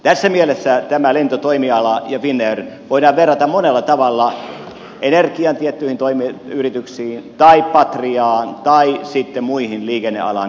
tässä mielessä tätä lentotoimialaa ja finnairia voidaan verrata monella tavalla energian toimialan tiettyihin yrityksiin tai patriaan tai sitten muihin liikennealan toimijoihin